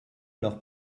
leur